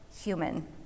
human